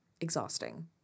exhausting